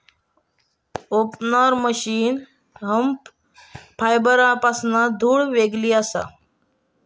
opener machine hemp फायबरपासना धुळ वेगळी करता